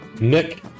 nick